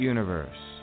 Universe